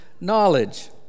knowledge